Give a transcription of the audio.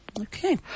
Okay